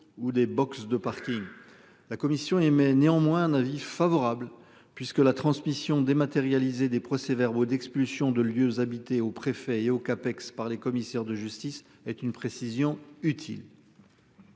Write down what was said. ou des box de Parking. La commission émet néanmoins un avis favorable puisque la transmission dématérialisée des procès-verbaux d'expulsion de lieux habités au préfet et au Cap ex-par les commissaires de justice est une précision utile.